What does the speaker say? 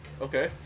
Okay